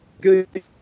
good